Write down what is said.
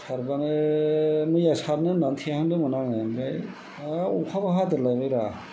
सारबानो मैया सारनो होननानै थेहांदोंमोन आङो आमफ्राय आर अखाबो हादेरलायबायदा